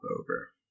over